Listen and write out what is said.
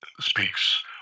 speaks